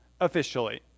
officially